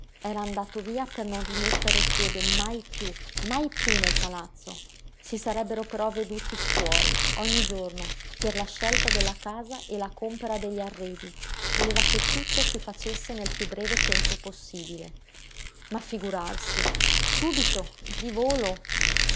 era andato via per non rimettere piede mai piú mai piú nel palazzo si sarebbero però veduti fuori ogni giorno per la scelta della casa e la compera degli arredi voleva che tutto si facesse nel piú breve tempo possibile ma figurarsi subito di volo